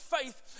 faith